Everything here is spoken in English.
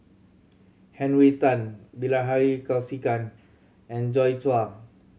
Henry Tan Bilahari Kausikan and Joi Chua